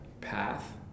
path